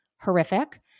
horrific